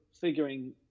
figuring